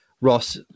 Ross